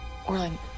Orlin